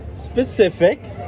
specific